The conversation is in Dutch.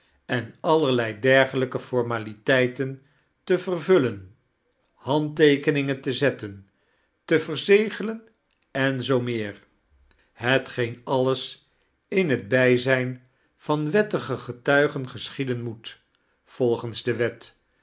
en allerlei dergelijke formaliteiten te vervullen handteekeningen te zetten te verzegelein en zoo meer hetgeen alles in het bijzijn van wettige getuigen geschieden moet volgens de wet